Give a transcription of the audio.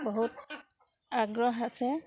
বহুত আগ্ৰহ আছে